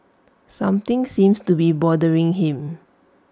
something seems to be bothering him